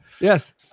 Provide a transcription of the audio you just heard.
Yes